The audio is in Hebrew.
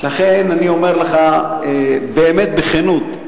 לכן אני אומר לך, באמת בכנות: